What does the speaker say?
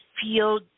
feel